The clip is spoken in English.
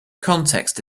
context